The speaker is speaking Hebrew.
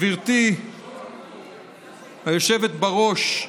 גברתי היושבת בראש,